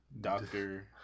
Doctor